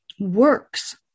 Works